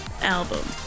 album